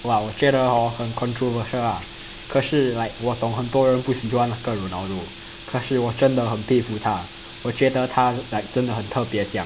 哇我觉得 hor 很 controversial ah 可是 like 我懂很多人不喜欢那个 ronaldo 可是我真的很佩服他我觉得他 like 真的很特别奖